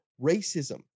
racism